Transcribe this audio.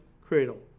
cradle